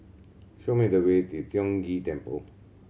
show me the way to Tiong Ghee Temple